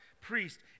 priest